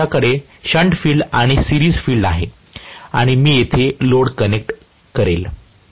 तर माझ्याकडे shunt field आणि सिरिज फील्ड आहे आणि मी येथे लोड कनेक्ट करेल